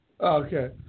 Okay